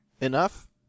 enough